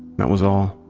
that was all.